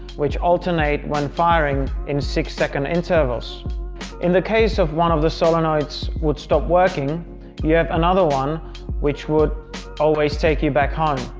which alternate when firing in six second intervals in the case of one of the solenoids would stop working you have another one which would always take you back home.